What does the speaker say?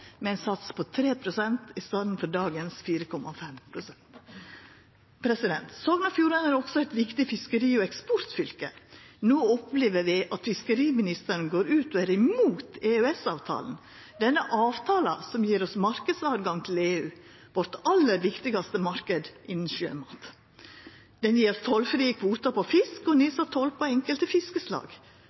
med ein sats på 3 pst. i staden for dagens 4,5 pst. Sogn og Fjordane er også eit viktig fiskeri- og eksportfylke. No opplever vi at fiskeriministeren går ut og er imot EØS-avtala, denne avtala som gjev oss marknadstilgang til EU, vår aller viktigaste marknad innan sjømat. Han gjev oss tollfrie kvotar på fisk og nedsett toll på enkelte fiskeslag.